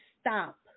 stop